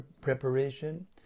preparation